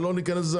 אבל לא ניכנס לזה,